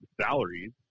Salaries